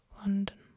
London